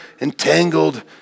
entangled